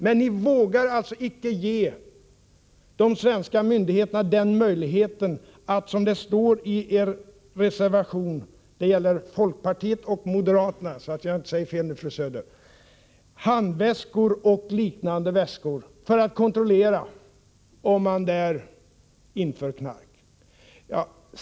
Men ni vågar inte ge de svenska myndigheterna möjlighet att, som det står i er reservation — det gäller alltså folkpartiet och moderaterna, så att jag inte säger fel nu, fru Söder — undersöka handväskor och liknande väskor för att kontrollera om där finns knark.